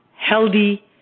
healthy